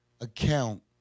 account